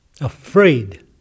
afraid